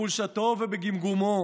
בחולשתו ובגמגומו,